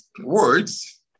words